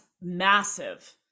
massive